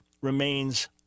remains